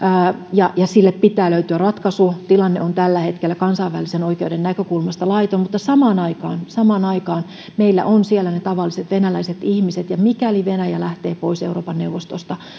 ja sille pitää löytyä ratkaisu tilanne on tällä hetkellä kansainvälisen oikeuden näkökulmasta laiton mutta samaan aikaan samaan aikaan meillä on siellä ne tavalliset venäläiset ihmiset ja mikäli venäjä lähtee pois euroopan neuvostosta